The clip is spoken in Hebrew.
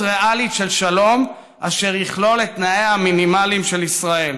ריאלית של שלום אשר יכלול את תנאיה המינימליים של ישראל,